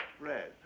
Red